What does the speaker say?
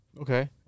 Okay